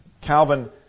Calvin